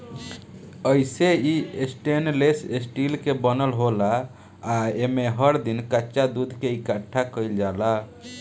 अइसे इ stainless steel के बनल होला आ एमे हर दिन कच्चा दूध के इकठ्ठा कईल जाला